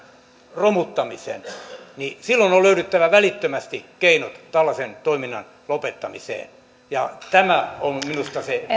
romuttamisen niin silloin on löydyttävä välittömästi keinot tällaisen toiminnan lopettamiseen ja tämä on minusta se